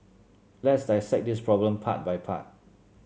let's dissect this problem part by part